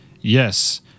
Yes